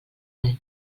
res